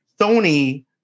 Sony